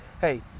hey